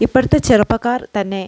ഇപ്പോഴത്തെ ചെറുപ്പക്കാർ തന്നെ